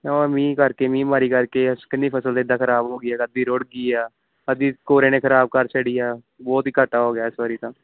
ਹੋਰ ਮੀਂਹ ਕਰਕੇ ਮੀਂਹ ਮਾਰੀ ਕਰਕੇ ਐਸ ਕਿੰਨੀ ਫਸਲ ਤਾ ਇੱਦਾਂ ਖਰਾਬ ਹੋ ਗਈ ਆ ਅੱਧੀ ਰੁੜ ਗਈ ਆ ਅੱਧੀ ਕੋਰੇ ਨੇ ਖਰਾਬ ਕਰ ਛੱਡੀ ਆ ਬਹੁਤ ਹੀ ਘਾਟਾ ਹੋ ਗਿਆ ਇਸ ਵਾਰ ਤਾਂ